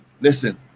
Listen